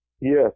Yes